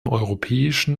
europäischen